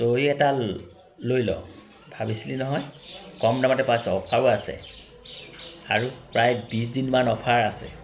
তয়ো এটা লৈ ল ভাবিছিলি নহয় কম দামতে পাইছ অফাৰো আছে আৰু প্ৰায় বিছ দিনমান অফাৰ আছে